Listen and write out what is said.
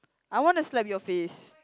I wanna slap your face